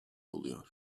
oluyor